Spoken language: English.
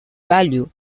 value